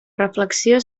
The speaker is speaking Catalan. reflexió